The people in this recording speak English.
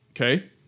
okay